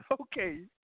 Okay